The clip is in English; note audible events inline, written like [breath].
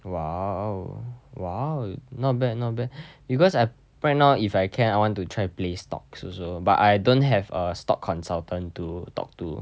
!wow! !wow! not bad not bad [breath] because I right now if I can I want to try play stocks also but I don't have a stock consultant to talk to